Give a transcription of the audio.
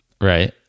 right